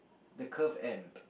the curved end